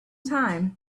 time